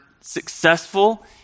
successful